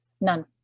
None